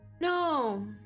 No